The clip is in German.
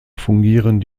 fungieren